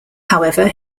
however